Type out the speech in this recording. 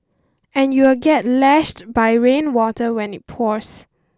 and you will get lashed by rainwater when it pours